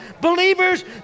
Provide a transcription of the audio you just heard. believers